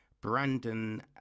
Brandon